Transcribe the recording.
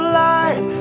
light